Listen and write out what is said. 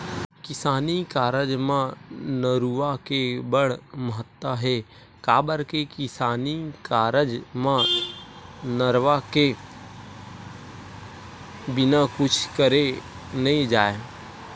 किसानी कारज म नरूवा के बड़ महत्ता हे, काबर के किसानी कारज म नरवा के बिना कुछ करे नइ जाय